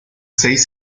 seis